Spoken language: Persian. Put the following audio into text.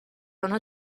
آنها